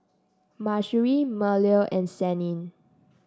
Mahsuri Melur and Senin